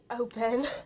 open